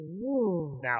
Now